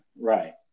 Right